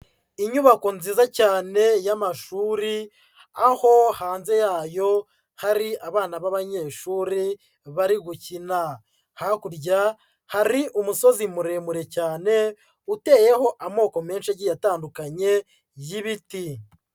Inyubako nziza cyane y'amashuri, aho hanze yayo hari abana b'abanyeshuri bari gukina, hakurya hari umusozi muremure cyane uteyeho amoko menshi agiye atandukanye y'ibiti.